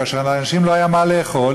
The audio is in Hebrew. כאשר לאנשים לא היה מה לאכול,